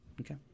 okay